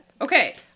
Okay